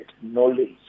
knowledge